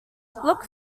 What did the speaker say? look